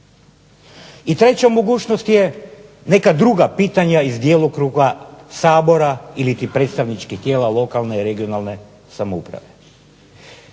I treća mogućnost je neka druga pitanja iz djelokruga Sabora iliti predstavničkih tijela lokalne, regionalne samouprave.